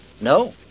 no